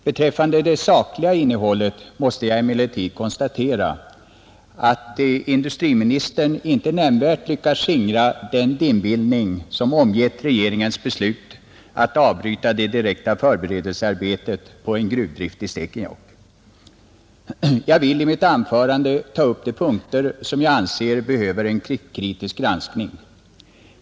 Beträffande det sakliga innehållet måste jag emellertid konstatera att industriministern inte nämnvärt lyckats skingra den dimbildning som omgett regeringens beslut att avbryta det direkta förberedelsearbetet för gruvdrift i Stekenjokk. Jag vill i mitt anförande ta upp de punkter som jag anser behöver en kritisk granskning.